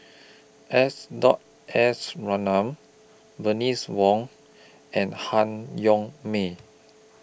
S Dot S Ratnam Bernice Wong and Han Yong May